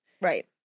Right